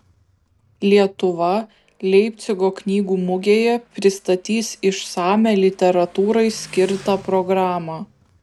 lietuva leipcigo knygų mugėje pristatys išsamią literatūrai skirtą programą